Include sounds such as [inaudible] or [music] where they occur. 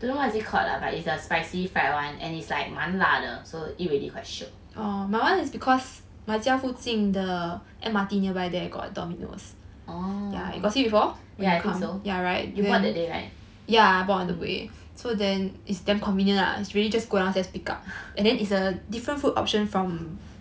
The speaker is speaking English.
don't know what is it called lah but it's spicy fried [one] and it's like 蛮辣的 so eat already quite shiok oh yeah I think so you bought that day right [laughs]